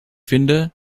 finde